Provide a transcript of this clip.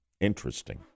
Interesting